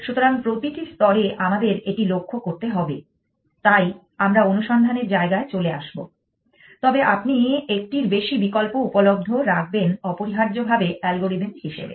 সুতরাং প্রতিটি স্তরে আমাদের এটি লক্ষ্য করতে হবে তাই আমরা অনুসন্ধানের জায়গায় চলে আসব তবে আপনি একটির বেশি বিকল্প উপলব্ধ রাখবেন অপরিহার্যভাবে অ্যালগরিদম হিসেবে